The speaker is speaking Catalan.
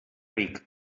ric